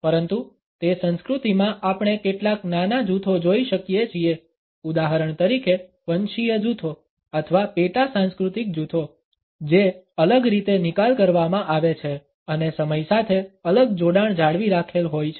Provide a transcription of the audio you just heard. પરંતુ તે સંસ્કૃતિમાં આપણે કેટલાક નાના જૂથો જોઇ શકીએ છીએ ઉદાહરણ તરીકે વંશીય જૂથો અથવા પેટા સાંસ્કૃતિક જૂથો જે અલગ રીતે નિકાલ કરવામાં આવે છે અને સમય સાથે અલગ જોડાણ જાળવી રાખેલ હોય છે